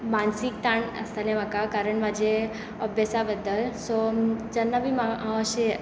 मानसीक ताण आसताले म्हाका कारण म्हजे अभ्यासा बद्दल सो जेन्ना बी हांव अशें